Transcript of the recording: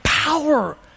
Power